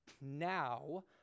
now